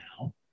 now